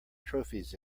trophies